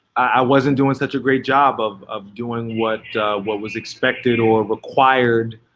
wasn't doing such a great job of of doing what what was expected or required,